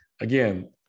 Again